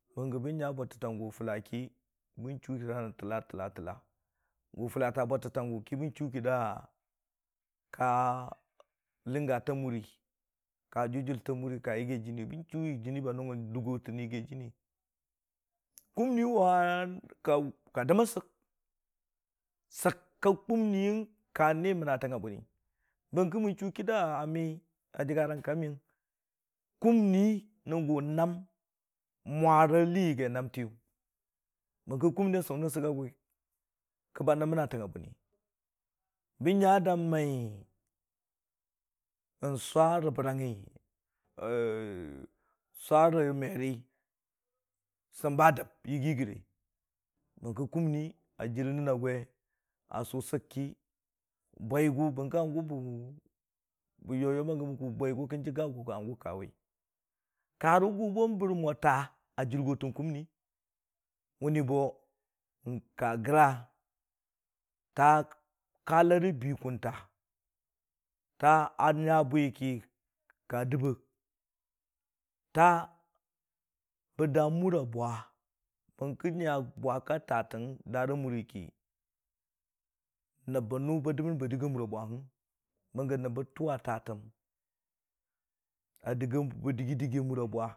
Bəngə bə mya bwatətang gʊ gʊ fula ki ka rə təlla rə təlla, təlla bənga ta bwatətang gʊ ki bən chuu ka ləngate a muri ka jʊjʊlta mari ka yagi jinii bə chuu jɨnii bu nʊngən dʊgortə nən yagi jini kumni wani ka dəmən səki sək ka kumniyəng ka nii mənnatangnga bwirir, bəng ba mən chuu ki da a me a jəggarang ka meyəng. kʊmni nən gʊ noam mwara hi yagi naamtiyʊ bərki kumnii a sʊ nən sək gʊ ki, kə ba nən mənnatangnga bwini bən nya da mai swa rə bərang ngə swa rə mere sɨmba dəb yiiyi gəre, bərki kumni a jir nən a gwe a sʊ sək ki bwigʊ bəng kə, hangʊ bə yoyom ban gəm bwigʊ kə jəgga gʊ hangʊ kawi, ka rə gʊ bo bərə mo taa a jurgo tən kumni mgnni bo ka graa, taa ka larə bii kʊnta taa a nya bwi ki ka dʊbbəng, taa bə daa mʊra bwa, bəng kə nya bwa ka taatən daara muri ki nəb bə no ba dəmmən ba dɨgi a mura bwahən, bəng gə nəb bə tʊwa taatəm bə dɨgi dɨgi a mura bwa.